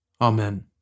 Amen